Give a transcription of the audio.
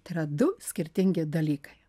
tai yra du skirtingi dalykai